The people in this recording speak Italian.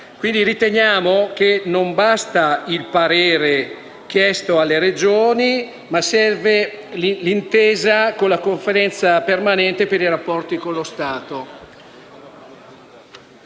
Quindi riteniamo che non basti il parere chiesto dalle Regioni, ma che serva l'intesa con la Conferenza permanente per i rapporti con lo Stato.